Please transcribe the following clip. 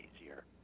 easier